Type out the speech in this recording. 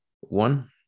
one